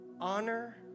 honor